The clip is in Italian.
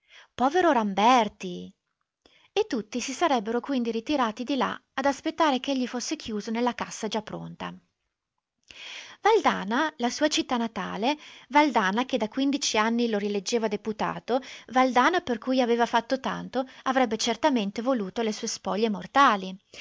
povero ramberti e tutti si sarebbero quindi ritirati di là ad aspettare ch'egli fosse chiuso nella cassa già pronta valdana la sua città natale valdana che da quindici anni lo rieleggeva deputato valdana per cui aveva fatto tanto avrebbe certamente voluto le sue spoglie mortali